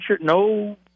no